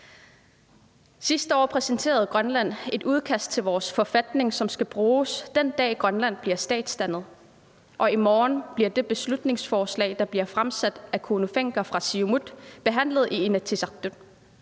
Sidste år præsenterede Grønland et udkast til vores forfatning, som skal bruges, den dag Grønland bliver statsdannet, og i morgen bliver det beslutningsforslag, der bliver fremsat af Kuno Fencker fra Siumut, behandlet i Inatsisartut